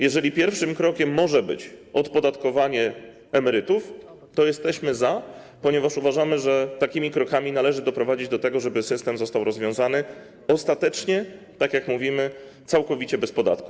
Jeżeli pierwszym krokiem może być odpodatkowanie emerytów, to jesteśmy za, ponieważ uważamy, że takimi krokami należy doprowadzić do tego, żeby system został rozwiązany ostatecznie, tak jak mówimy, całkowicie bez podatku.